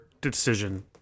decision